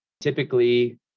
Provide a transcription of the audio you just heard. typically